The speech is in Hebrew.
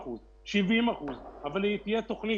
שלפחות תהיה תוכנית.